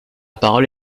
parole